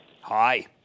Hi